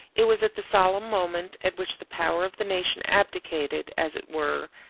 it was at the solemn moment at which the power of the nation abdicated, as it were,